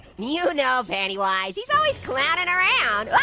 you know pennywise. he's always clownin' around.